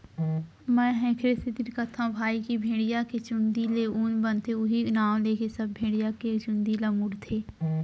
मेंहा एखरे सेती कथौं भई की भेड़िया के चुंदी ले ऊन बनथे उहीं नांव लेके सब भेड़िया के चुंदी ल मुड़थे